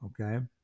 okay